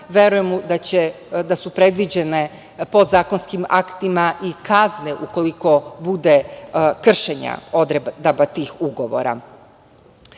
Verujem da su predviđene podzakonskim aktima i kazne ukoliko bude kršenja odredaba tih ugovora. Ono